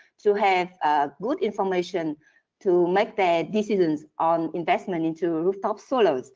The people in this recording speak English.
to have good information to make their decisions on investment into rooftop solar.